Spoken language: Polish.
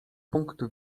punktu